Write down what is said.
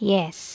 Yes